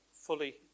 fully